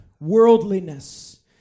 worldliness